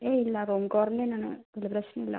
ഏയ് ഇല്ല home quarantine ആണ് ഇല്ല പ്രശ്നമില്ല